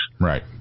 Right